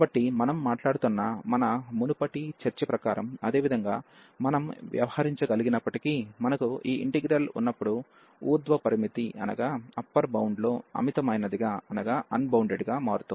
కాబట్టి మనం మాట్లాడుకున్న మన మునుపటి చర్చ ప్రకారం అదేవిధంగా మనం వ్యవహరించగలిగినప్పటికీ మనకు ఈ ఇంటిగ్రల్ ఉన్నప్పుడు ఊర్ధ్వ పరిమితి లో అన్బౌండెడ్ గా మారుతోంది